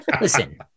Listen